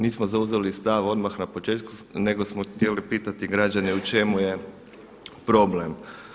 Nismo zauzeli stav odmah na početku nego smo htjeli pitati građane u čemu je problem.